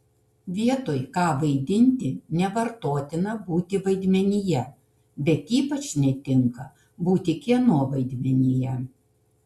vietoj ką vaidinti nevartotina būti vaidmenyje bet ypač netinka būti kieno vaidmenyje